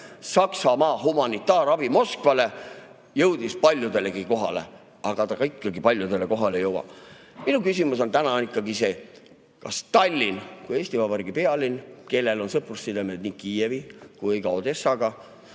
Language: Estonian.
Saksamaa humanitaarabi Moskvale, jõudis [mõte] paljudele kohale. Aga ega ta ikka paljudele kohale ei jõua. Minu küsimus on täna ikkagi see: kas Tallinn kui Eesti Vabariigi pealinn, kellel on sõprussidemed nii Kiievi kui ka Odessaga,